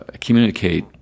communicate